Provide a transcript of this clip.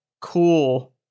cool